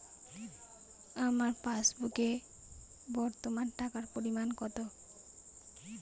আমার পাসবুকে বর্তমান টাকার পরিমাণ কত?